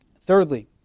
thirdly